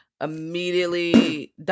Immediately